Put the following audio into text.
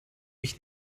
ich